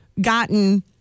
gotten